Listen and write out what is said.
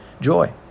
joy